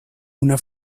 una